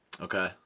Okay